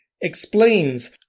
explains